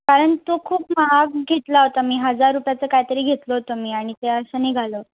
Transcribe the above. कारण तो खूप महाग घेतला होता मी हजार रुपयाचा काहीतरी घेतलं होतं मी आणि ते असं निघालं